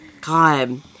God